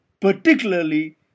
particularly